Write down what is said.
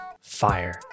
fire